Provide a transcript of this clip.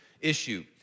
issue